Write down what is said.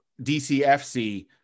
DCFC